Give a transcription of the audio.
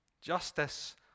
justice